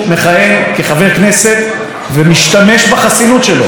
בחסינות שלו כחבר כנסת כדי לבצע את העבירה הזאת.